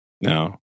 No